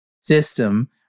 system